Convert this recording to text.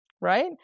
right